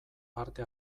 parte